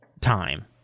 time